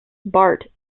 bart